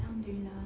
alhamdulillah